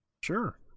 Sure